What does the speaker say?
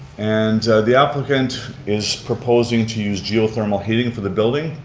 and, the applicant is proposing to use geothermal heating for the building,